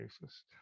basis